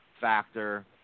factor